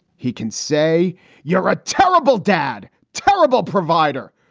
he can say you're a terrible dad, terrible provider,